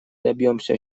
добьемся